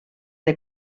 del